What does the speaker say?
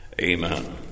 Amen